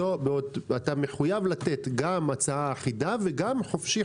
אתה מחויב לתת גם הצעה אחידה וגם חופשי,